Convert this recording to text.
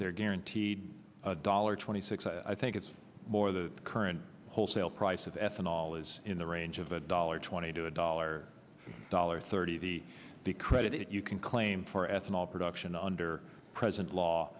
they're guaranteed a dollar twenty six i think it's more the current wholesale price of ethanol is in the range of a dollar twenty to a dollar dollar thirty the credit you can claim for ethanol production under present law